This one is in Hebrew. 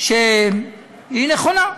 שהיא נכונה,